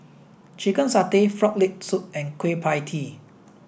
chicken satay frog leg soup and Kueh Pie Tee